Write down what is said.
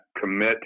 commit